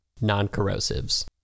Non-corrosives